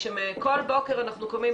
וכשכל בוקר אנחנו קמים,